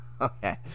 okay